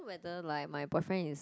whether like my boyfriend is